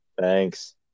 Thanks